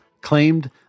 claimed